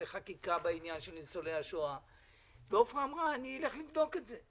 חקיקה בעניין של ניצולי השואה ועפרה אמרה שהיא תלך לבדוק את זה.